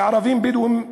כערבים בדואים,